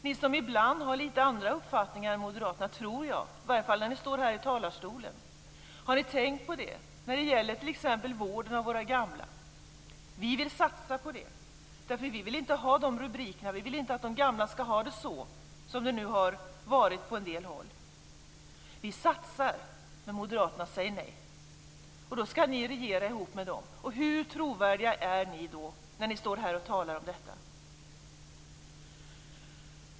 Ni som ibland, i varje fall när ni står här i talarstolen, har en litet annan uppfattning än Moderaterna, har ni tänkt på det här när det gäller t.ex. vården av våra gamla? Vi vill satsa på den vården, eftersom vi inte vill ha sådana rubriker som dem vi har sett, eftersom vi inte vill att våra gamla skall ha det som de nu har det på en del håll. Vi satsar, men Moderaterna säger nej. Skall ni då regera ihop med dem? Hur trovärdiga är ni då när ni står här och talar om detta?